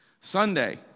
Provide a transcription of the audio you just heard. Sunday